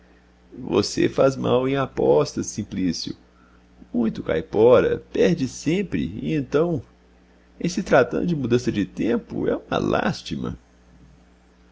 você faz mal em apostas simplício muito caipora perde sempre e então em se tratando de mudança de tempo é uma lástima